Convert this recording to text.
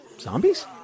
zombies